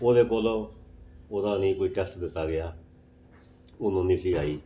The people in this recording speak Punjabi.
ਉਹਦੇ ਕੋਲੋਂ ਉਹਦਾ ਨਹੀਂ ਕੋਈ ਟੈਸਟ ਦਿੱਤਾ ਗਿਆ ਉਹਨੂੰ ਨਹੀਂ ਸੀ ਆਈ